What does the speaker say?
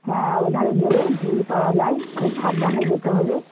হ্যাঁ ওধারে গেলে ভিড় পাওয়া যায় খুব সাবধানে যেতে হবে